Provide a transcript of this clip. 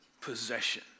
possession